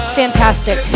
fantastic